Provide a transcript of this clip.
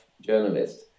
journalist